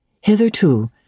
Hitherto